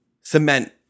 cement